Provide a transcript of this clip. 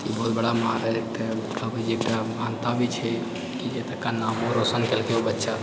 तऽ ई बहुत बड़ा महानता कहबै जे एकटा महानता भी छै कि जे एतुका नाम रोशन केलकै ओ बच्चा